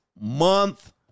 month